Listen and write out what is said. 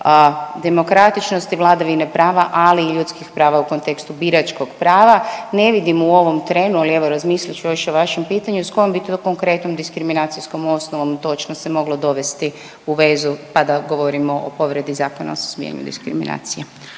demokratičnosti, vladavine prava, ali i ljudskih prava u kontekstu biračkog prava. Ne vidim u ovom trenu, ali evo, razmislit ću još o vašem pitanju, s kojom bi to konkretnom diskriminacijskom osnovom točno se moglo dovesti u vezu pa da govorimo o povredi Zakona o suzbijanju diskriminacije.